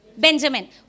Benjamin